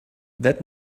that